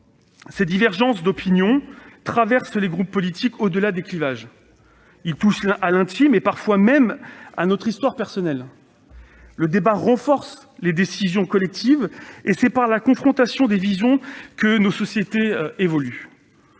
Ces divergences d'opinions traversent les groupes politiques, au-delà des clivages traditionnels. Ils touchent à l'intime et parfois même à notre histoire personnelle. Mais le débat renforce les décisions collectives ; c'est par la confrontation des visions que nos sociétés évoluent.